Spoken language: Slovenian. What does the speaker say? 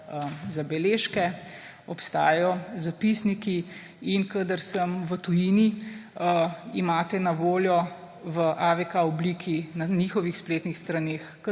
zabeležke, obstajajo zapisniki in kadar sem v tujini, imate na voljo v AVK obliki na njihovih spletnih straneh